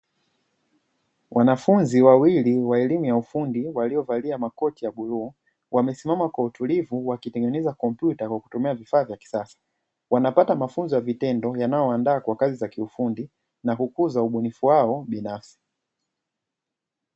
Wanafunzi wawili wa elimu ya ufundi waliovalia makoti ya bluu, wamesimama kwa utulivu wakitengeneza kompyuta kwa kutumia vifaa vya kisasa. Wanapata mafunzo ya vitendo yanaowandaa na kazi za kiufundi na kukuza ubunifu wao binafsi.